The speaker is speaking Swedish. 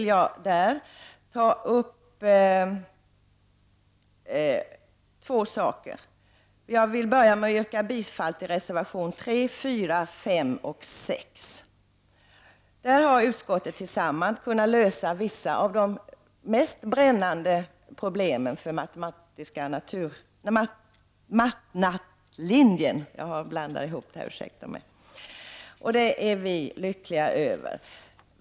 Jag vill börja med att yrka bifall till reservationerna nr 3, 4, 5 och 6. Utskottets ledamöter har tillsammans lyckats lösa några av de mest brännande problemen för den matematisk-naturvetenskapliga linjen. Det är vi lyckliga över.